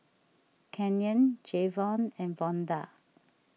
Canyon Jayvon and Vonda